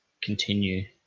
continue